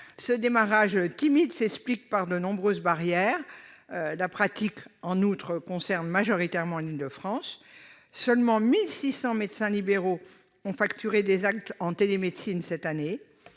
Ce démarrage timide s'explique par de nombreuses barrières. La pratique, en outre, concerne majoritairement l'Île-de-France. Seulement 1 600 médecins libéraux ont facturé des actes en télémédecine cette année